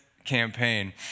Campaign